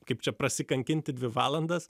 kaip čia prasikankinti dvi valandas